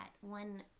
one